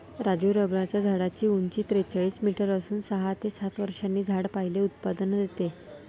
राजू रबराच्या झाडाची उंची त्रेचाळीस मीटर असून सहा ते सात वर्षांनी झाड पहिले उत्पादन देते